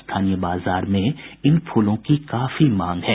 स्थानीय बाजार में इन फूलों की काफी मांग है